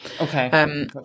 Okay